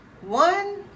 one